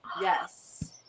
Yes